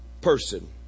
person